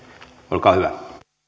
olkaa hyvä